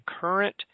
current